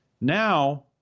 Now